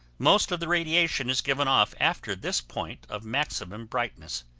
most of the radiation is given off after this point of maximum brightness.